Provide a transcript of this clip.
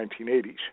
1980s